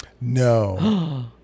No